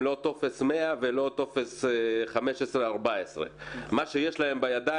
טופס 100 ולא טופס 1514. מה שיש להם ביד,